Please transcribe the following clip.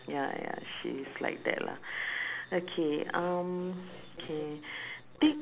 ya ya she's like that lah okay um K thi~